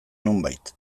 nonbait